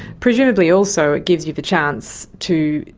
presumably also it gives you the chance to,